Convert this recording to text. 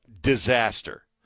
disaster